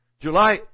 July